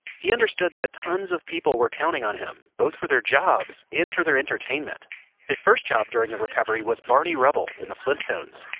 he understood that tons of people were counting on him both for their jobs and for their entertainment his first job during the recovery was barney rubble in the flintstones.